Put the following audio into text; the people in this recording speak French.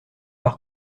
par